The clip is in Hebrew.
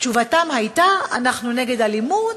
תשובתם הייתה: אנחנו נגד אלימות,